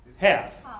half.